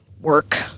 work